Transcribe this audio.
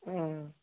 ம்